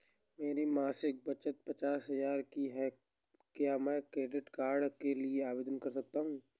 मेरी मासिक बचत पचास हजार की है क्या मैं क्रेडिट कार्ड के लिए आवेदन कर सकता हूँ?